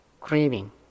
craving